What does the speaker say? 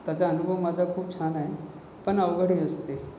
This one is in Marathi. त्याचा अनुभव माझा खूप छान आहे पण अवघड दिसते